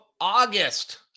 August